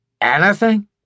Anything